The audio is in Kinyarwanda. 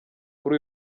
kuri